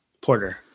porter